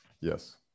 Yes